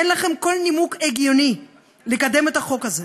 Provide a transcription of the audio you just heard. אין לכם כל נימוק הגיוני לקדם את החוק הזה,